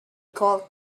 called